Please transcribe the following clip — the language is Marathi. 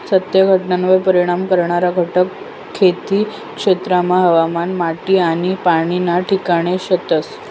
सत्य घटनावर परिणाम करणारा घटक खेती क्षेत्रमा हवामान, माटी आनी पाणी ना ठिकाणे शेतस